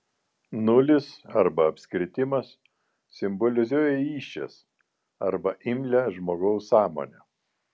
nulis arba apskritimas simbolizuoja įsčias arba imlią žmogaus sąmonę